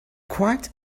quiet